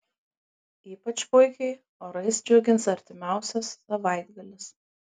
ypač puikiai orais džiugins artimiausias savaitgalis